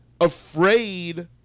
afraid